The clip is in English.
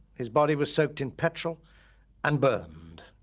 his body was soaked in petrol and burned.